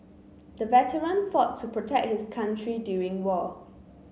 the veteran fought to protect his country during war